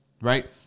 right